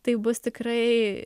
tai bus tikrai